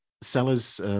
Sellers